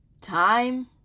time